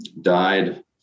died